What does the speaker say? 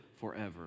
forever